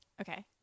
Okay